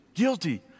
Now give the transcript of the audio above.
Guilty